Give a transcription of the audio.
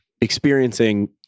experiencing